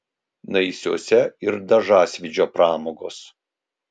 naisiuose ir dažasvydžio pramogos